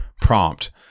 prompt